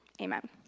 Amen